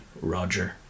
Roger